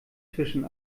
zwischen